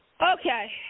Okay